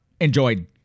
enjoyed